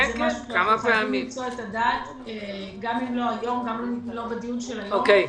גם אם לא בדיון של היום,